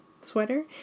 sweater